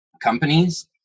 companies